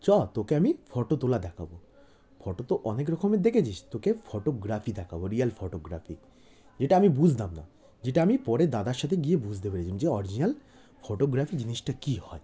চ তোকে আমি ফটো তোলা দেখাব ফটো তো অনেক রকমের দেখেছিস তোকে ফটোগ্রাফি দেখাব রিয়েল ফটোগ্রাফি যেটা আমি বুঝতাম না যেটা আমি পড়ে দাদার সাথে গিয়ে বুঝতে পেরেছিলাম যে অরজিনাল ফটোগ্রাফি জিনিসটা কী হয়